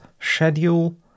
schedule